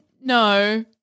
no